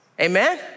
Amen